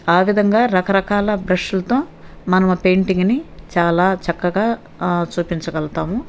ఆ విధంగా రకరకాల బ్రషులతో మనము పెయింటింగ్ని చాలా చక్కగా చూపించగలుగుతాము